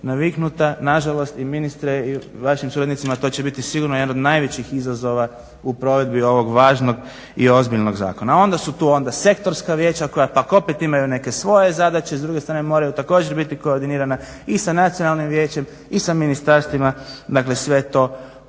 naviknuta. Nažalost ministre i vašim suradnicima to će biti sigurno jedan od najvećih izazova u provedbi ovog važnog i ozbiljnog zakona. Onda su tu sektorska vijeća koja pak opet imaju neke svoje zadaće, s druge strane moraju također biti koordinirana i sa Nacionalnim vijećem i sa ministarstvima, dakle sve to ostavlja